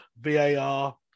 VAR